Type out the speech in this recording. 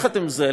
עם זה,